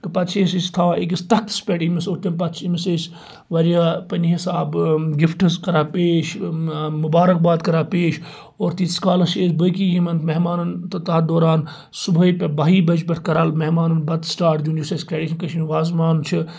تہٕ پَتہٕ چھِ اَسۍ اَسۍ تھاوان أکس تَختَس پٮ۪ٹھ ییٚمس اور تمہِ پَتہٕ چھ أمس أسۍ وارِیاہ پَنٕنۍ حسابہٕ گِفٹٕس کَران پیش مُبارَک باد کَران پیش اور تیٖتِس کالَس چھِ أسۍ باقٕے یِمَن مِہمانَن تہٕ تَتھ دوران صُبحاے باہہ بَجِہ پٮ۪ٹھ کَران مہمانَن بَتہٕ سِٹاٹ دِیُن یُس اسہِ ٹرٛیٚڈِشَن کٔشیرِ وازوان چھ